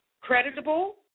creditable